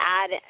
add